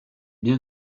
bien